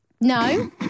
No